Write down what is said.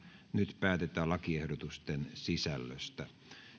nyt päätetään lakiehdotusten sisällöstä